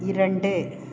இரண்டு